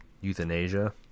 Euthanasia